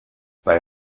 bei